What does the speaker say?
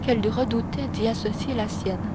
qu'elle redoutait d'y associer la sienne